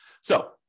So-